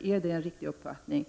Är det en riktig uppfattning?